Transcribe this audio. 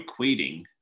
equating